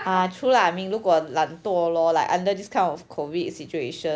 ah true lah I mean 如果懒惰 lor under this kind of COVID situation